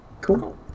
Cool